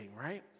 right